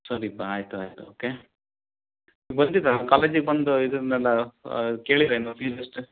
ಸರಿ ಬಾ ಆಯಿತು ಆಯಿತು ಓಕೆ ನೀವು ಬಂದಿದ್ದಿರಾ ಕಾಲೇಜಿಗೆ ಬಂದು ಇದನ್ನೆಲ್ಲ ಕೇಳಿದ್ರೇನು ಫೀಝ್ ಎಷ್ಟು